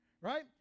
right